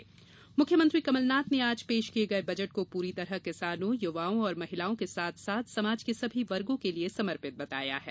budget प्रतिक्रिया मुख्यमंत्री कमलनाथ ने आज पेश किये गये बजट को पूरी तरह किसानों युवाओं और महिलाओं के साथ साथ समाज के सभी वर्गों के लिए समर्पित बताया है